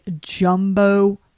jumbo